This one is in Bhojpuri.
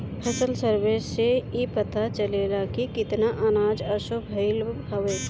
फसल सर्वे से इ पता चलेला की केतना अनाज असो भईल हवे